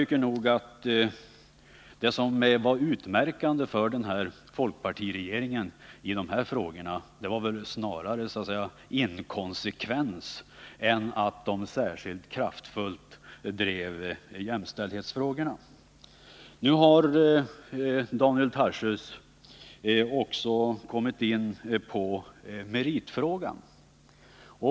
Det utmärkande för folkpartiregeringen i dessa frågor var att den handlade inkonsekvent snarare än att den särskilt kraftfullt drev jämställdhetsfrågorna. Nu har Daniel Tarschys också kommit in på meritfrågan.